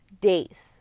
days